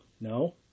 No